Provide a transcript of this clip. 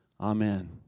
Amen